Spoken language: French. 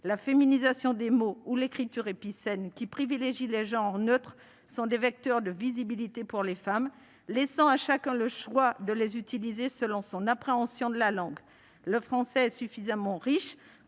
La féminisation des mots ou l'écriture épicène, qui privilégient les genres neutres, sont des vecteurs de visibilité pour les femmes, laissant à chacun le choix de les utiliser selon son appréhension de la langue. Le français est suffisamment riche